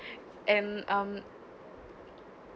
and um